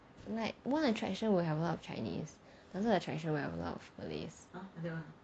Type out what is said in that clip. like one attraction will have a lot of chinese the other attraction will have a lot of malays